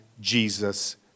Jesus